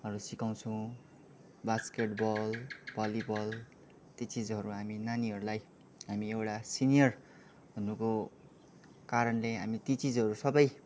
हरू सिकाउँछौँ basketball volleyball ती चिजहरू हामी नानीहरूलाई हामी एउटा सिनियर हुनुको कारणले हामी ती चिजहरू सबै